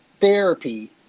therapy